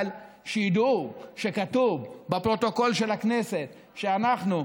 אבל שידעו שכתוב בפרוטוקול של הכנסת שאנחנו,